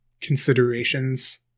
considerations